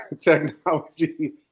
technology